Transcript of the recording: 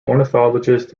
ornithologist